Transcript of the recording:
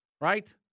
right